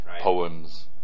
poems